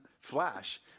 flash